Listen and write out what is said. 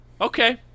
Okay